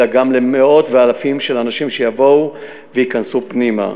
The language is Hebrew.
אלא גם למאות ואלפים של אנשים שיבואו וייכנסו פנימה.